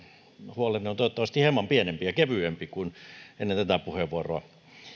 huolenne on toivottavasti hieman pienempi ja kevyempi kuin ennen tätä puheenvuoroa